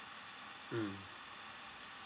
mm